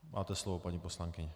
Máte slovo, paní poslankyně.